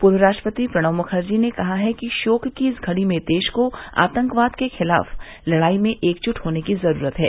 पूर्व राष्ट्रपति प्रणव मुखर्जी ने कहा कि शोक की इस घड़ी में देश को आतंकवाद के खिलाफ लड़ाई में एकजुट होने की जरूरत है